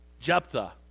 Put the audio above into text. Jephthah